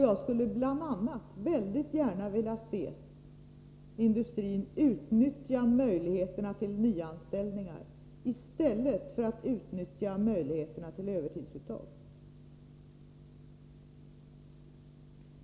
Jag skulle bl.a. väldigt gärna vilja se industrin utnyttja möjligheterna till nyanställningar, i stället för att utnyttja möjligheterna till övertidsuttag.